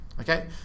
Okay